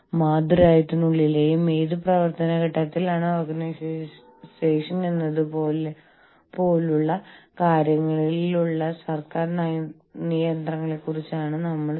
സാങ്കേതിക വിദ്യ ലോകത്തിന്റെ മറ്റൊരു ഭാഗത്തേക്ക് കൈമാറ്റം ചെയ്യപ്പെടാൻ ചിലപ്പോൾ വർഷങ്ങളും ചിലപ്പോൾ പതിറ്റാണ്ടുകളും എടുത്തിരുന്ന പണ്ടത്തെപോലയല്ല